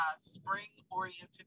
spring-oriented